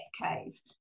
cave